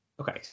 Okay